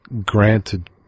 granted